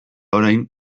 orain